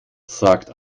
sagt